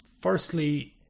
Firstly